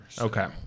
Okay